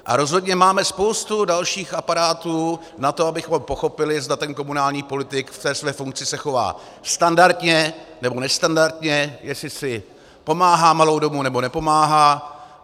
A rozhodně máme spoustu dalších aparátů na to, abychom pochopili, zda ten komunální politik se ve své funkci chová standardně, nebo nestandardně, jestli si pomáhá malou domů, nebo nepomáhá.